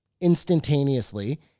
instantaneously